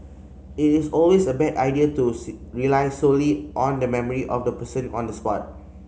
it is always a bad idea to rely solely on the memory of the person on the spot